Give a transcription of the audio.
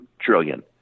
trillion